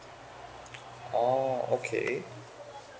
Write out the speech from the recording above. oh okay